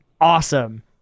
awesome